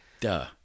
duh